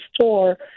store